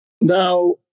Now